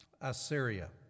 Assyria